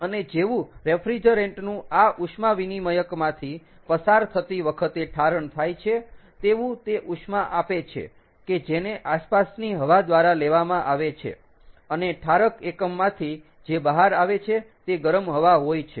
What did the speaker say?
અને જેવુ રેફ્રીજરેન્ટ નું આ ઉષ્મા વિનિમયકમાંથી પસાર થતી વખતે ઠારણ થાય છે તેવું તે ઉષ્મા આપે છે કે જેને આસપાસની હવા દ્વારા લેવામાં આવે છે અને ઠારક એકમમાંથી જે બહાર આવે છે તે ગરમ હવા હોય છે